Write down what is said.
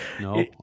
No